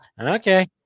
Okay